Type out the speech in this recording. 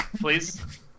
please